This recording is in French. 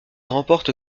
remporte